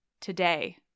Today